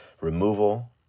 removal